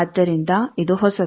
ಆದ್ದರಿಂದ ಇದು ಹೊಸದು